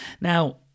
Now